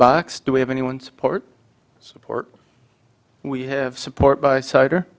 box do we have anyone support support we have support by